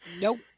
Nope